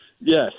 yes